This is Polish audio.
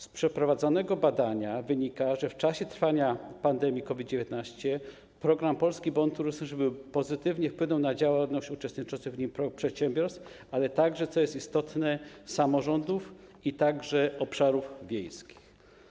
Z przeprowadzonego badania wynika, że w czasie trwania pandemii COVID-19 program Polski Bon Turystyczny pozytywnie wpłynął na działalność uczestniczących w nim przedsiębiorstw, ale także, co jest istotne, samorządów oraz obszarów wiejskich.